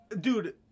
Dude